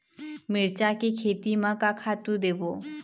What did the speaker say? मिरचा के खेती म का खातू देबो?